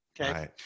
okay